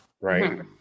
right